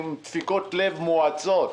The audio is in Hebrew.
עם דפיקות לב מואצות.